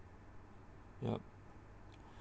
yup